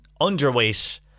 underweight